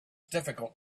difficult